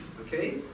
Okay